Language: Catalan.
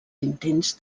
intents